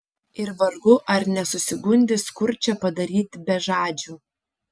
ir vargu ar nesusigundys kurčią padaryti bežadžiu